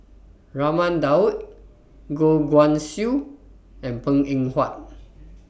Raman Daud Goh Guan Siew and Png Eng Huat